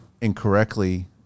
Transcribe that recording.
incorrectly